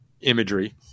imagery